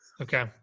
Okay